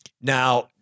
Now